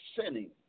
sinning